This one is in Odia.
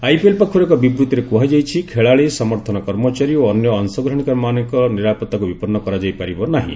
ଆଇପିଏଲ୍ ପକ୍ଷରୁ ଏକ ବିବୃଭିରେ କୁହାଯାଇଛି ଖେଳାଳି ସମର୍ଥନ କର୍ମଚାରୀ ଓ ଅନ୍ୟ ଅଂଶଗ୍ରହଣକାରୀମାନଙ୍କ ନିରାପତ୍ତାକୁ ବିପନ୍ନ କରାଯାଇ ପାରିବ ନାହିଁ